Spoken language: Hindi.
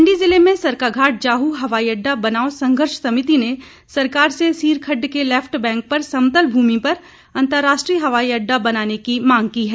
मंडी ज़िले में सरकाघाट जाहू हवाई अड्डा बनाओ संघर्ष समिति ने सरकार से सीर खड्ड के लैफ्ट बैंक पर समतल भूमि पर अंतर्राष्ट्रीय हवाई अड्डा बनाने की मांग की है